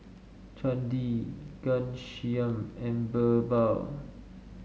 Chandi Ghanshyam and BirbaL